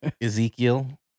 ezekiel